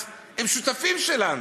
אז הם שותפים שלנו,